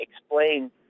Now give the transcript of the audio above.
explain